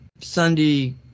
Sunday